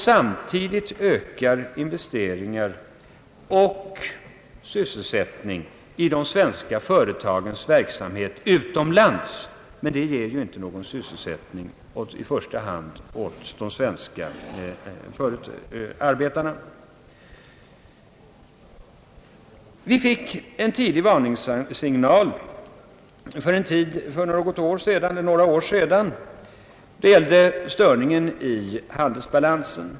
Samtidigt ökar investeringar och sysselsättning i de svenska företagens verksamhet utomlands, men det ger ju inte någon sysselsättning i första hand åt de svenska arbetarna. Vi fick en tidig varningssignal för några år sedan. Det gäller störningen i handelsbalansen.